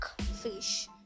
fish